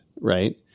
Right